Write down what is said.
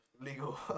legal